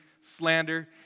slander